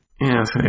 Yes